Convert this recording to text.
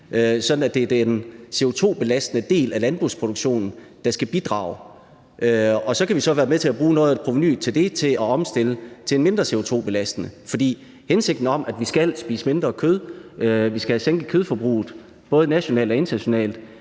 at det er den CO2-belastende del af landbrugsproduktionen, der skal bidrage. Og så kan vi så være med til at bruge noget af provenuet fra det til at omstille til en mindre CO2-belastende produktion. For hensigten om, at vi skal spise mindre kød, at vi skal have sænket kødforbruget både nationalt og internationalt,